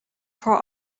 voor